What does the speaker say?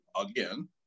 again